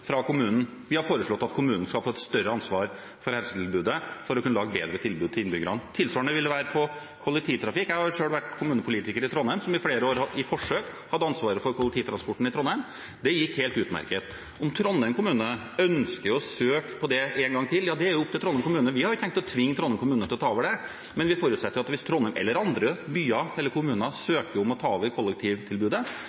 fra kommunen. Vi har foreslått at kommunen skal få et større ansvar for helsetilbudet for å kunne lage bedre tilbud til innbyggerne. Tilsvarende vil det være for kollektivtrafikk. Jeg har selv vært kommunepolitiker i Trondheim, som i flere år – i et forsøk – hadde ansvaret for kollektivtransporten i Trondheim. Det gikk helt utmerket. Men om Trondheim kommune ønsker å søke om det en gang til, er opp til Trondheim kommune. Vi har ikke tenkt å tvinge Trondheim kommune til å ta over det, men vi forutsetter at hvis Trondheim, eller andre byer eller kommuner,